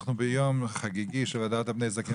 אנחנו ביום חגיגי של ״והדרת פני זקן״,